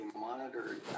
monitored